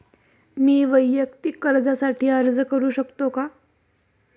मी वैयक्तिक कर्जासाठी अर्ज करू शकतो का?